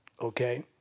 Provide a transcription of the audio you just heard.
Okay